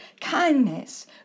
kindness